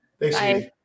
Thanks